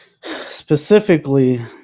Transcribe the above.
Specifically